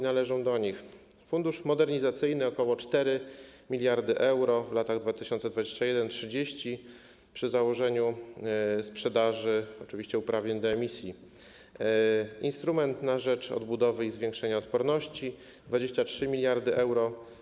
Należą do nich: Fundusz Modernizacyjny - ok. 4 mld euro w latach 2021-2030, oczywiście przy założeniu sprzedaży uprawnień do emisji, Instrument na rzecz Odbudowy i Zwiększania Odporności - 23 mld euro.